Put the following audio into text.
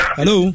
Hello